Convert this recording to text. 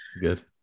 Good